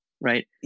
right